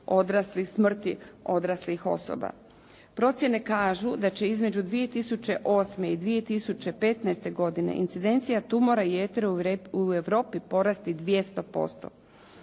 uzroka smrti odraslih osoba. Procjene kažu da će između 2008. i 2015. godine incidencija tumora jetre u Europi porasti 200%.